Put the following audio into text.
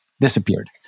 disappeared